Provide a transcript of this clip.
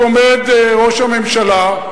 עומד ראש הממשלה,